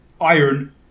iron